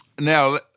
Now